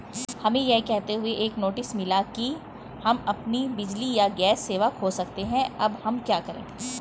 हमें यह कहते हुए एक नोटिस मिला कि हम अपनी बिजली या गैस सेवा खो सकते हैं अब हम क्या करें?